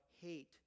hate